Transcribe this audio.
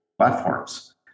platforms